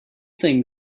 thing